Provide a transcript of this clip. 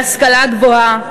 בהשכלה גבוהה,